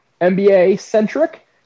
NBA-centric